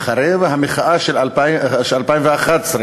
אחרי המחאה של 2011,